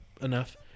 enough